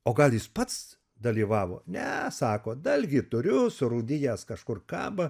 o gal jis pats dalyvavo ne sako dalgį turiu surūdijęs kažkur kaba